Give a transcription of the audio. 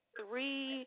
three